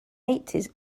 eighties